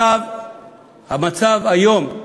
המצב היום,